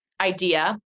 idea